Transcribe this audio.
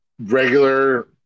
regular